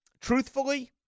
Truthfully